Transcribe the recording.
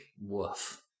woof